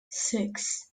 six